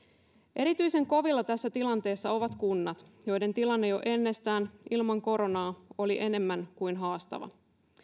erityisen kovilla tässä tilanteessa ovat kunnat joiden tilanne jo ennestään ilman koronaa oli enemmän kuin haastava